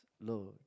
Lord